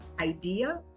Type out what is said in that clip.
idea